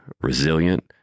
resilient